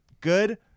good